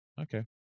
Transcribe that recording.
okay